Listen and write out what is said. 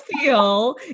feel